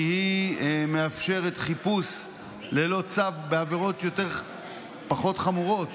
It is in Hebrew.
כי היא מאפשרת חיפוש ללא צו בעבירות פחות חמורות